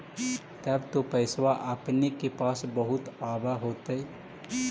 तब तो पैसबा अपने के पास बहुते आब होतय?